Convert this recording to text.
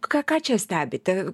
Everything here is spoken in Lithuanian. ką ką čia stebite